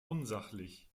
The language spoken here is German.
unsachlich